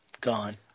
gone